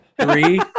three